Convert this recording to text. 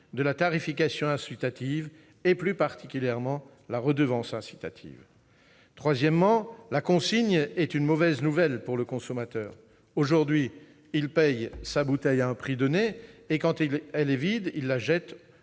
de la tarification incitative, plus particulièrement de la redevance incitative. Troisièmement, la consigne est une mauvaise nouvelle pour le consommateur. Aujourd'hui, il paye sa bouteille à un prix donné et, quand elle est vide, il la jette